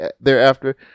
thereafter